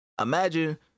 Imagine